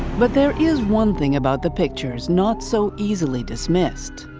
but there is one thing about the pictures, not so easily dismissed.